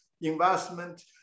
investment